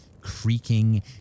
creaking